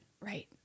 Right